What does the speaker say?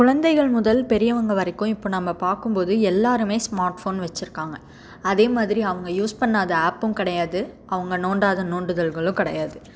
குழந்தைகள் முதல் பெரியவங்கள் வரைக்கும் இப்போ நம்ம பார்க்கும்போது எல்லாருமே ஸ்மார்ட் போன் வச்சிருக்காங்க அதே மாதிரி அவங்க யூஸ் பண்ணாத ஆப்பும் கிடையாது அவங்க நோண்டாத நோண்டுதல்களும் கிடையாது